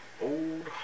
old